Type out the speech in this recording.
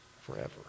forever